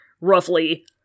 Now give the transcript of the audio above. roughly